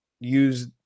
use